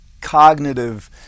cognitive